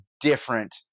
different